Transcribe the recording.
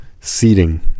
seating